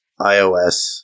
iOS